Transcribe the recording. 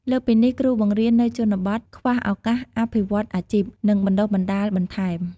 លើសពីនេះ គ្រូបង្រៀននៅជនបទ ខ្វះឱកាសអភិវឌ្ឍអាជីព និងបណ្តុះបណ្តាលបន្ថែម។